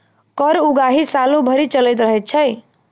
कर उगाही सालो भरि चलैत रहैत छै